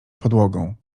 podłogą